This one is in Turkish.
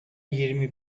yirmi